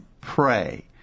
pray